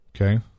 Okay